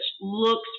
looks